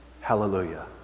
hallelujah